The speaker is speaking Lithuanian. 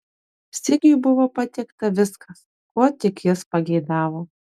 sigiui buvo patiekta viskas ko tik jis pageidavo